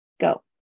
Go